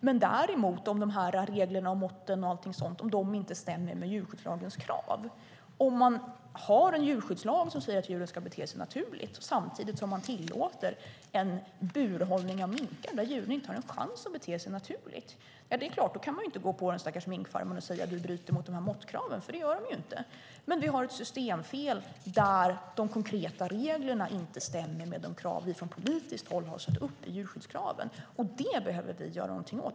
Men om reglerna och måtten stämmer med djurskyddslagens krav, och man har en djurskyddslag som säger att djuren ska bete sig naturligt och samtidigt tillåter burhållning av minkar där djuren inte har en chans att bete sig naturligt, ja då kan man inte gå på de stackars minkfarmarna och säga att de bryter mot måttkraven, för det gör de inte. Vi har alltså ett systemfel där de konkreta reglerna inte stämmer med de krav som vi från politiskt håll har satt upp när det gäller djurskyddet. Det behöver vi göra någonting åt.